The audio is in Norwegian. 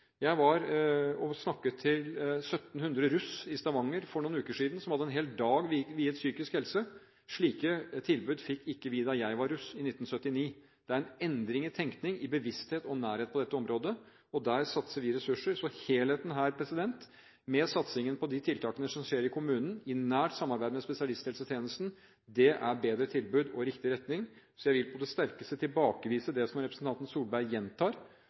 Jeg var og snakket til 1 700 russ i Stavanger for noen uker siden. De hadde en hel dag viet psykisk helse. Slike tilbud fikk ikke vi da jeg var russ i 1979. Det er en endring i tenkning, i bevissthet og nærhet på dette området, og der satser vi ressurser. Så helheten her, med satsingen på de tiltakene som skjer i kommunene i nært samarbeid med spesialisthelsetjenesten, det er bedre tilbud og riktig retning. Jeg vil på det sterkeste tilbakevise det som representanten Solberg gjentar: